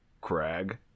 Crag